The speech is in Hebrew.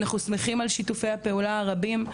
אנחנו שמחים על שיתופי הפעולה הרבים.